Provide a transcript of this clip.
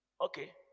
okay